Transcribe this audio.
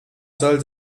soll